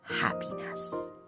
happiness